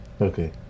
Okay